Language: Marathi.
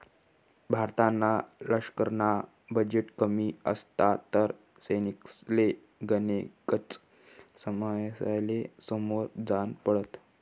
भारतना लशकरना बजेट कमी असता तर सैनिकसले गनेकच समस्यासले समोर जान पडत